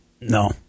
No